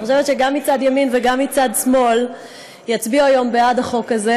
אני חושבת שגם מצד ימין וגם מצד שמאל יצביעו היום בעד החוק הזה,